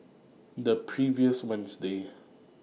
The previous Wednesday